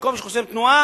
במקום שחוסם תנועה